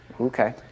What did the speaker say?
Okay